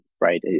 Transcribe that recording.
right